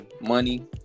money